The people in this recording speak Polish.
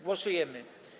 Głosujemy.